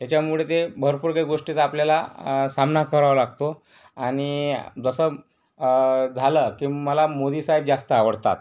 याच्यामुळे ते भरपूर काही गोष्टीचा आपल्याला सामना करावा लागतो आणि जसं झालं की मला मोदीसाहेब जास्त आवडतात